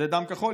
זה דם כחול.